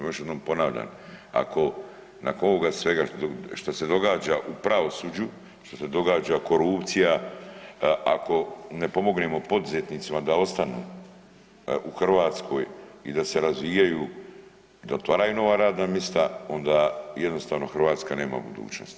Još jednom ponavljam ako nakon ovoga svega što se događa u pravosuđu, što se događa korupcija, ako ne pomognemo poduzetnicima da ostanu u Hrvatskoj i da se razvijaju da otvaraju nova radna mista onda jednostavno Hrvatska nema budućnosti.